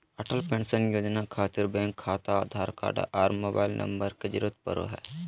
Atal pension Yojana खातिर bank खाता Aadhaar card आर मोबाइल नम्बर के जरूरत परो हय